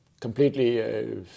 completely